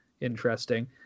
interesting